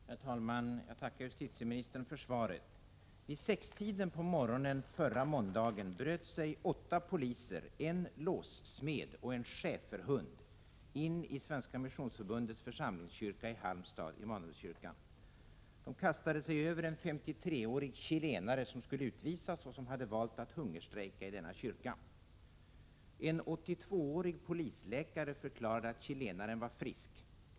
Herr talman! Jag tackar justitieministern för svaret. Vid 6-tiden på morgonen förra måndagen bröt sig åtta poliser, en låssmed och en schäferhund in i Svenska missionsförbundets församlingskyrka i Halmstad, Immanuelskyrkan. De kastade sig över en 53-årig chilenare, som skulle utvisas och som hade valt att hungerstrejka i denna kyrka. En 82-årig polisläkare förklarade att chilenaren var frisk.